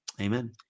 Amen